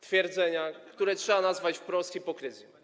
twierdzeń, które trzeba nazwać wprost hipokryzją.